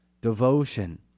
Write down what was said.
devotion